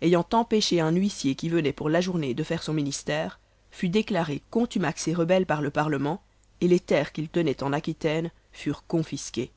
ayant empêché un huissier qui venait pour l'ajourner de faire son ministère fut déclaré contumax et rebelle par le parlement et les terres qu'il tenait en aquitaine furent confisquées